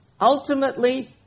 Ultimately